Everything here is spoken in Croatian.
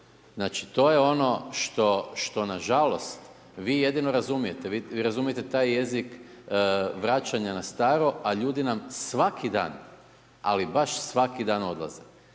Znači, to je ono što nažalost vi jedino razumijete. Vi razumijete taj jezik vraćanja na staro, a ljudi nam svaki dan, ali baš svaki dan odlaze.